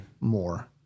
more